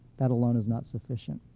that alone is not sufficient.